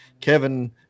Kevin